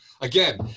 Again